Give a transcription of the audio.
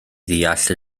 ddeall